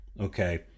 Okay